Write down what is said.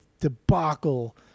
debacle